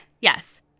Yes